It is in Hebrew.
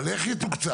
אבל איך יתוקצב,